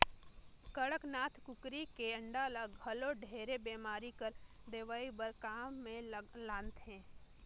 कड़कनाथ कुकरी के अंडा ल घलो ढेरे बेमारी कर दवई बर काम मे लानथे